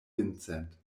vincent